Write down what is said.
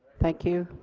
thank you